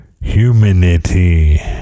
Humanity